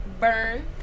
burn